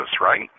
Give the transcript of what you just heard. right